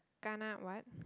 kana what